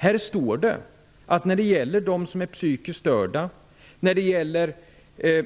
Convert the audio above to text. Där står att när det gäller de som är psykiskt störda,